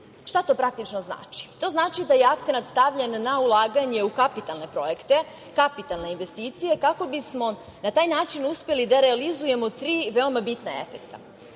to praktično znači? To znači da je akcenat stavljen na ulaganje u kapitalne projekte, kapitalne investicije, kako bismo na taj način uspeli da realizujemo tri veoma bitna efekta. Pre